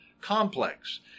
complex